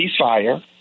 ceasefire